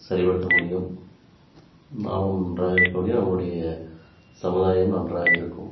சரிப்படுத்த முடியும் நாமும் நன்றாக இருக்க முடியும் நம்முடைய சமுதாயம் நன்றாக இருக்கும்